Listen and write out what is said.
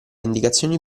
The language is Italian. indicazioni